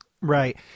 Right